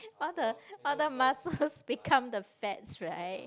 all the all the muscles become the fats right